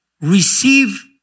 receive